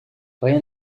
rien